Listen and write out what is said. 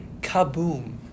Kaboom